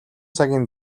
цагийн